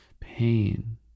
pain